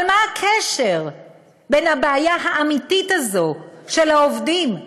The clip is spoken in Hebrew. אבל מה הקשר בין הבעיה האמיתית הזאת של העובדים,